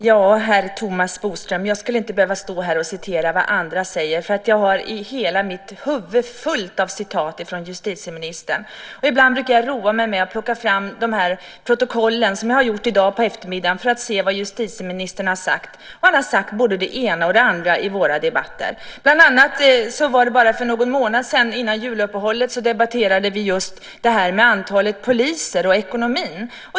Fru talman! Jag skulle inte behöva stå här och citera vad andra säger, herr Thomas Bodström! Jag har hela mitt huvud fullt av citat från justitieministern. Ibland brukar jag roa mig med att plocka fram protokollen för att se vad justitieministern har sagt. Det har jag gjort i dag på eftermiddagen. Han har sagt både det ena och det andra i våra debatter. För bara någon månad sedan, innan juluppehållet, debatterade vi just det här med antalet poliser och ekonomin.